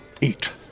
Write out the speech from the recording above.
Eat